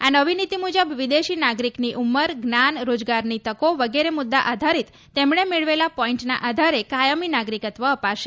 આ નવી નીતી મુજબ વિદેશી નાગરિકની ઉમર જ્ઞાન રાજગારની તકો વગેરે મુદ્દા આધારિત તેમણે મેળવેલા પોઇન્ટના આધારે કાયમી નાગરિકત્વ અપાશે